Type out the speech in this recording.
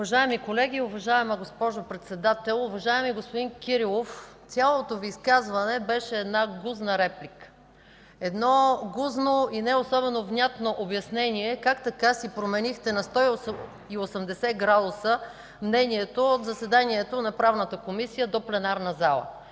Уважаеми колеги, уважаема госпожо Председател! Уважаеми господин Кирилов, цялото Ви изказване беше една гузна реплика, едно гузно и не особено внятно обяснение как така си променихте на 180 градуса мнението от заседанието на Правната комисия до пленарната зала.